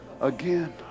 again